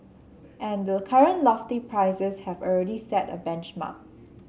and the current lofty prices have already set a benchmark